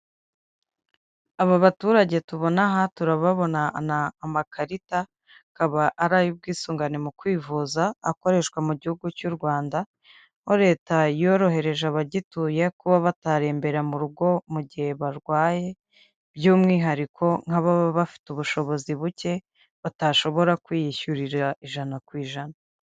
Aba baturage tubona aha turababonana amakarita, akaba ari ay'ubwisungane mu kwivuza akoreshwa mu gihugu cy'u Rwanda, aho leta yorohereje abagituye kuba batarembera mu rugo mu gihe barwaye, by'umwihariko nk'ababa bafite ubushobozi buke, batashobora kwiyishyurira ijana ku ijana.